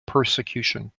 persecution